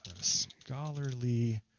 scholarly